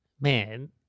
Man